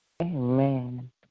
Amen